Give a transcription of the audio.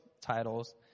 titles